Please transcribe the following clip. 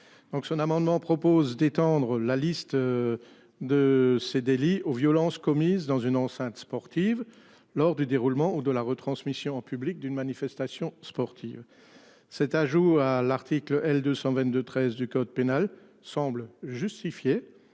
son amendement propose d'étendre la liste. De ces délits aux violences commises dans une enceinte sportive lors du déroulement ou de la retransmission en public d'une manifestation sportive. Cet ajout à l'article L 222 13 du code pénal semble justifiée,